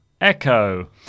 Echo